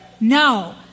No